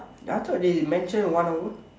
I thought they mentioned one hour